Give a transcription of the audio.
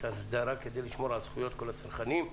הסדרה כדי לשמור על זכויות כל הצרכנים.